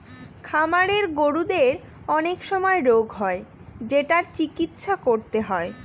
খামারের গরুদের অনেক সময় রোগ হয় যেটার চিকিৎসা করতে হয়